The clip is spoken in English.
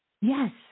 Yes